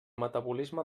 metabolisme